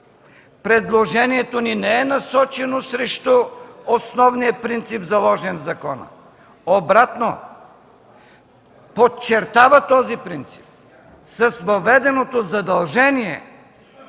предложението ни не е насочено срещу основния принцип, заложен в закона. Обратно, подчертава този принцип с въведеното задължение